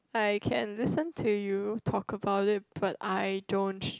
I can listen to you talk about it but I don't